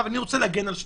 אני רוצה להגן על שניהם.